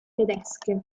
tedesche